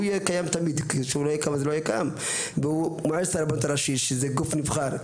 שהוא יהיה קיים תמיד והוא מועצת הרבנות הראשית שזה גוף נבחר,